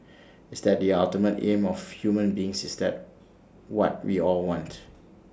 is that the ultimate aim of human beings is that what we all want